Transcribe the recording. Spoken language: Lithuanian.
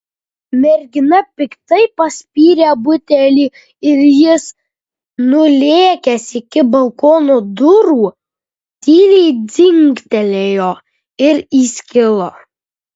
mergina piktai paspyrė butelį ir jis nulėkęs iki balkono durų tyliai dzingtelėjo ir įskilo